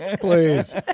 please